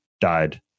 died